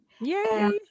Yay